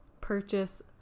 purchase